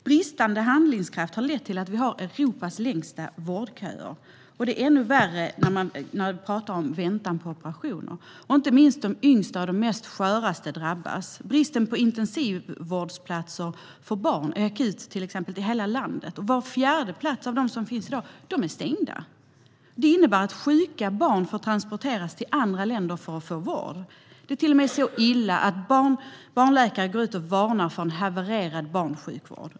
Bristande handlingskraft har lett till att vi har Europas längsta vårdköer. Och det är ännu värre när det gäller väntan på operationer. Inte minst de yngsta och sköraste drabbas. Till exempel är bristen på intensivvårdsplatser för barn akut i hela landet. Var fjärde plats av dem som finns i dag är stängd. Det innebär att sjuka barn får transporteras till andra länder för att få vård. Det är till och med så illa att barnläkare går ut och varnar för en havererad barnsjukvård.